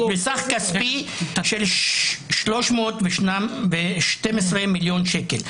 סך כספי של 312 מילון שקלים.